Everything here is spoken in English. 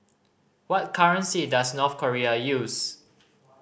what currency does North Korea use